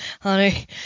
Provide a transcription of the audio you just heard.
honey